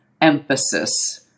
emphasis